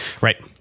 right